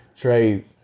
trade